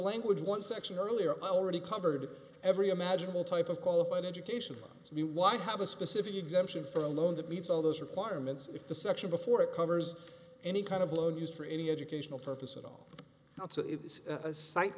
language one section earlier already covered every imaginable type of qualified education so why have a specific exemption for a loan that meets all those requirements if the section before it covers any kind of loan used for any educational purpose at all not so